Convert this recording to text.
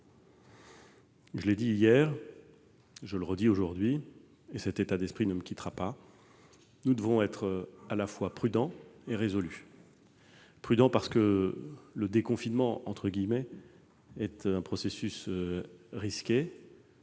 Je l'ai dit hier, je le répète aujourd'hui, et cet état d'esprit ne me quittera pas : nous devons être à la fois prudents et résolus. Prudents, parce que le déconfinement est un processus risqué,